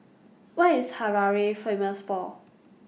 What IS Harare Famous For